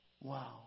Wow